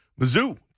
Mizzou